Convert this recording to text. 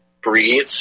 breathe